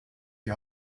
die